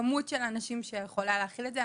כמות של אנשים שיכולה להכיל את זה.